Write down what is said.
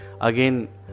again